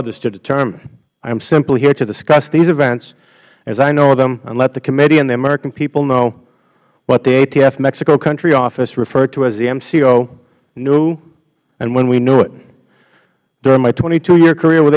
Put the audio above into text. others to determine i am simply here to discuss these events as i know them and let the committee and the american people know what the atf mexico country office referred to as the mco knew and when we knew it during my twenty two year career with